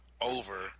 over